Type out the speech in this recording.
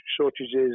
shortages